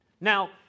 Now